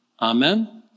Amen